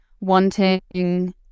wanting